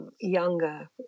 Younger